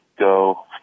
go